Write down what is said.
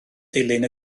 dilyn